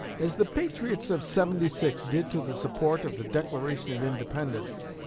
as the patriots of seventy-six did to the support of the declaration of independence,